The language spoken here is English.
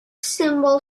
symbol